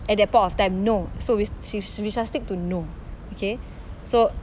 at that point of time no so we we shall stick to no okay so